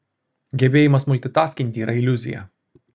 gebėjimas multitaskinti yra iliuzija